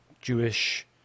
jewish